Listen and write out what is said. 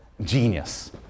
genius